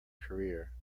career